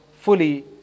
fully